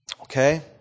Okay